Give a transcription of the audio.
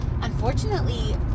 unfortunately